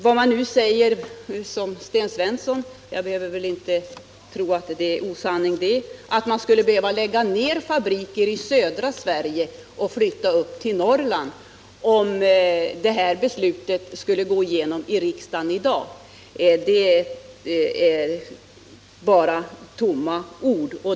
Vad Sten Svensson säger om att fabriker skulle behöva läggas ner i södra Sverige och människorna flytta upp till Norrland, om utskottets förslag går igenom i riksdagen i dag, är bara tomma ord.